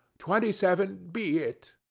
twenty seven be it.